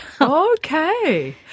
Okay